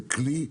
זה כלי.